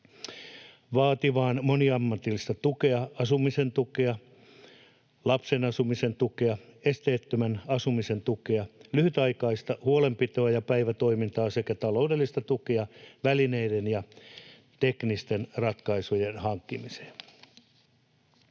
vaativaa moniammatillista tukea, asumisen tukea, lapsen asumisen tukea, esteettömän asumisen tukea, lyhytaikaista huolenpitoa ja päivätoimintaa sekä taloudellista tukea välineiden ja teknisten ratkaisujen hankkimiseen.